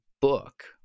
book